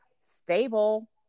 stable